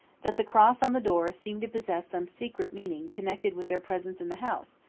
that the cross on the door seemed to possess some secret meaning connected with their presence in the house,